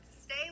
stay